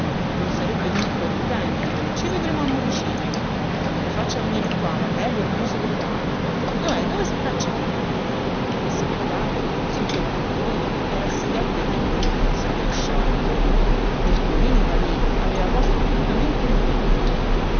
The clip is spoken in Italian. non sarebbe dunque prudente ci vedremo al unicipio i faccia venire qua la prego il mio segretario dov'è dove s'è cacciato il segretario sotto la tettoja era assediato dai membri del consiglio disciolto melchiorino palí aveva posto crudamente il dilemma